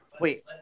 Wait